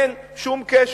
אין שום קשר.